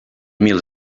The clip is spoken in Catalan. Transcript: mil